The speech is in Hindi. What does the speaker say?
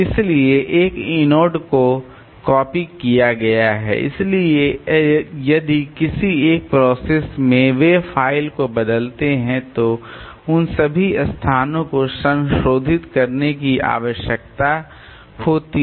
इसलिए एक इनोड को कॉपी किया गया है इसलिए यदि किसी एक प्रोसेस में वे फ़ाइल को बदलते हैं तो उन सभी स्थानों को संशोधित करने की आवश्यकता होती है